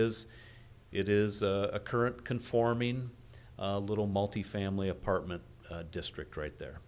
is it is a current conforming little multifamily apartment district right there